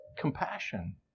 compassion